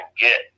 get